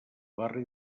barri